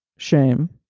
shame,